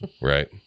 Right